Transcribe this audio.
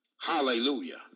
Hallelujah